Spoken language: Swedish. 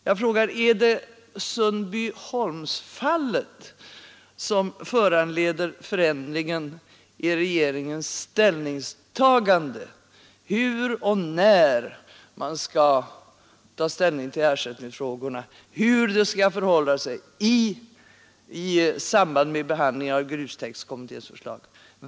Jag frågar: Är det Sundbyholmsfallet som föranleder förändringen i regeringens ställningstagande från förra året om hur och när man skall ta ställning till ersättningsfrågorna och hur man skall förhålla sig i samband med behandlingen av grustäktskommitténs förslag?